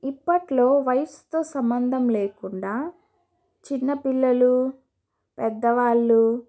ఇప్పట్లో వయసుతో సంబంధం లేకుండా చిన్న పిల్లలు పెద్ద వాళ్ళు